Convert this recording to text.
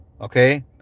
okay